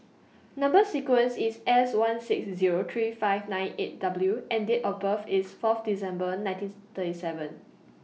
Number sequence IS S one six Zero three five nine eight W and Date of birth IS Fourth December nineteen thirty seven